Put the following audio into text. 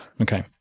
Okay